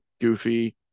goofy